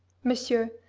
monsieur,